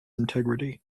integrity